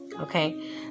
Okay